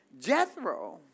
Jethro